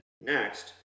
next